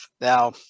Now-